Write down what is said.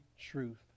truth